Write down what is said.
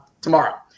tomorrow